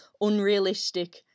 unrealistic